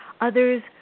others